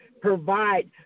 provide